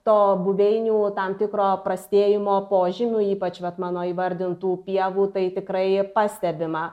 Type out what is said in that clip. to buveinių tam tikro prastėjimo požymių ypač vat mano įvardintų pievų tai tikrai pastebima